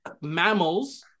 mammals